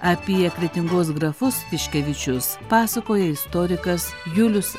apie kretingos grafus tiškevičius pasakoja istorikas julius